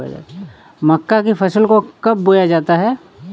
मक्का की फसल को कब बोया जाता है?